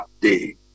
day